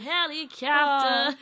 Helicopter